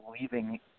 leaving